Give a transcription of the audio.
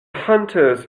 hunters